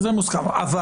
אבל